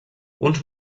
uns